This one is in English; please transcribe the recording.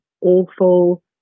awful